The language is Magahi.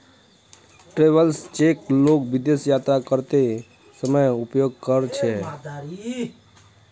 ट्रैवेलर्स चेक लोग विदेश यात्रा करते समय उपयोग कर छे